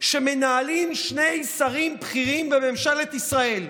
שמנהלים שני שרים בכירים בממשלת ישראל,